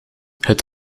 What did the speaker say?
het